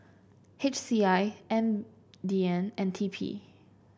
H C I M D N and T P